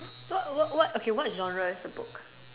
what what what okay what genre is the book